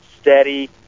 steady